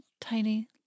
tiny